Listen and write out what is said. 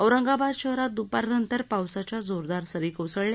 औरंगाबाद शहरात द्पारनंतर पावसाच्या जोरदार सरी कोसळल्या